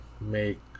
make